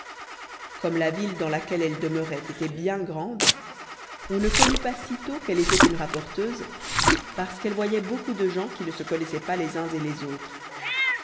comme la ville dans laquelle elle demeurait était bien grande on ne connut pas sitôt qu'elle était une rapporteuse parce qu'elle voyait beaucoup de gens qui ne se connaissaient pas les uns et les autres